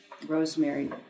Rosemary